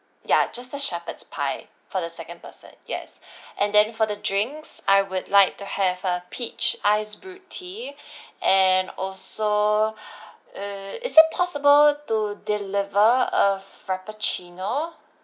ya just a shepherd's pie for the second person yes and then for the drinks I would like to have a peach iced brewed tea and also err is it possible to deliver a frappuccino